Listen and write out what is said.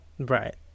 Right